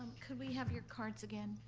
could we have your cards again?